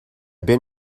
been